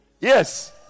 Yes